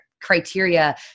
criteria